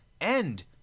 end